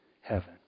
heaven